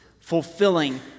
fulfilling